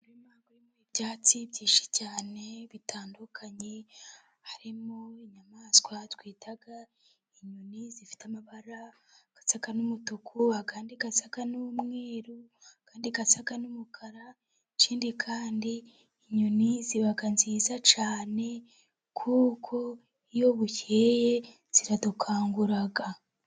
Ibyatsi byinshi cyane bitandukanye, harimo inyamaswa twaaita inyoni, zifite amabara asa n'umutuku, ayandi asa n'umweru, andi asa n'umukara, ikindi kandi inyoni ziba nziza cyane, kuko iyo bucyeye ziradukangura.